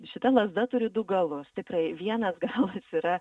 šita lazda turi du galus tikrai vienas galas yra